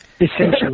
Essentially